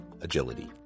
Agility